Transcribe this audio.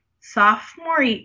sophomore